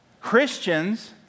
Christians